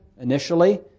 initially